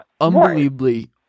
unbelievably